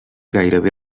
gairebé